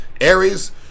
Aries